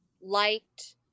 liked